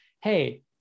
hey